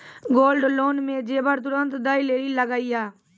Gold loan मे जेबर तुरंत दै लेली लागेया?